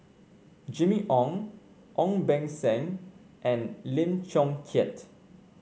Jimmy Ong Ong Beng Seng and Lim Chong Keat